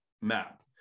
map